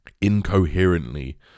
incoherently